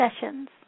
sessions